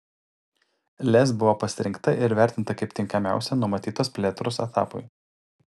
lez buvo pasirinkta ir įvertinta kaip tinkamiausia numatytos plėtros etapui